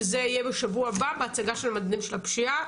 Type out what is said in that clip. וזה יהיה בשבוע הבא בהצגה של המדדים של הפשיעה.